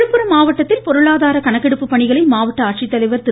விழுப்புரம் மாவட்டத்தில் பொருளாதார கணக்கெடுப்பு பணிகளை மாவட்ட ஆட்சித்தலைவர் திரு